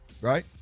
right